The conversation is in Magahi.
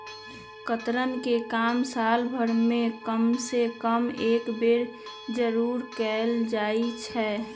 कतरन के काम साल भर में कम से कम एक बेर जरूर कयल जाई छै